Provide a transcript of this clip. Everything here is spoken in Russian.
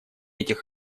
этих